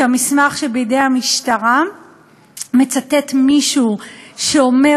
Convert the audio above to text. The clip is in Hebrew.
שבמסמך שבידי המשטרה מצוטט מישהו שאומר